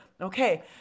Okay